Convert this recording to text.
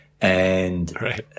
and-